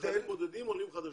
למען חיילים בודדים לאחר שהשתחררו,